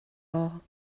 all